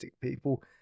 people